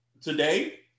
today